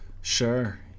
Sure